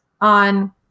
on